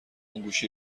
گوشی